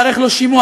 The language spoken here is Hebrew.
ייערך לו שימוע.